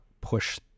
push